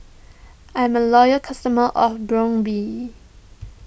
I'm a loyal customer of Brown Bee